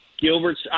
Gilbert's –